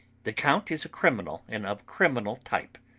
the count is a criminal and of criminal type.